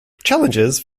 challenges